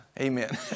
Amen